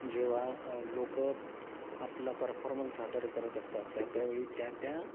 जेव्हा लोकं आपला परफॉर्मन्स सादर करत असतात त्या त्यावेळी त्या त्या